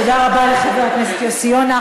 תודה רבה לחבר הכנסת יוסי יונה.